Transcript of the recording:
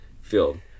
field